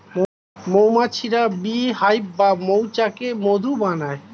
মৌমাছিরা bee hive বা মৌচাকে মধু বানায়